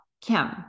Kim